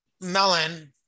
melon